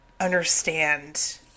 understand